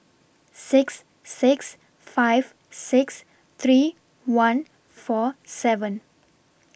six six five six three one four seven